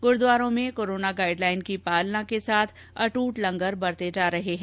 गुरूद्वारों में corona guideline की पालना के साथ अट्ट लंगर बरते जा रहे हैं